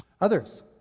others